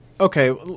Okay